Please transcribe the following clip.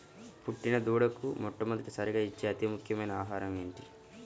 పుట్టిన దూడకు మొట్టమొదటిసారిగా ఇచ్చే అతి ముఖ్యమైన ఆహారము ఏంటి?